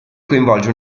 coinvolge